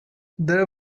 there